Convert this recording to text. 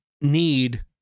need